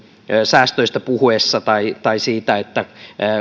säästöistä puhuessani tai tai siitä että